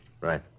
Right